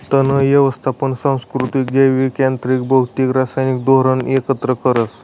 तण यवस्थापन सांस्कृतिक, जैविक, यांत्रिक, भौतिक, रासायनिक धोरण एकत्र करस